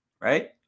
Right